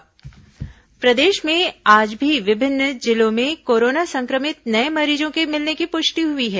corona मरीज प्रदेश में आज भी विभिन्न जिलों से कोरोना संक्रमित नये मरीजों के मिलने की पुष्टि हुई है